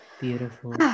beautiful